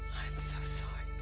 so sorry